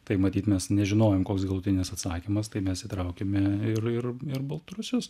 tai matyt mes nežinojom koks galutinis atsakymas tai mes įtraukėme ir ir ir baltarusius